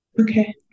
Okay